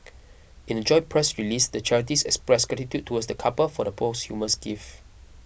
in a joint press release the charities expressed gratitude towards the couple for the posthumous gift